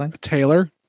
Taylor